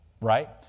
Right